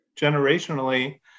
generationally